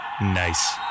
Nice